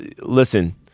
listen